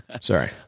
Sorry